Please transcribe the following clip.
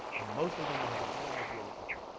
and most of them, we have no idea what they do.